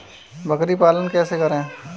बकरी पालन कैसे करें?